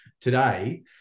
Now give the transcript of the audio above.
today